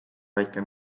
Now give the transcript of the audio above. väike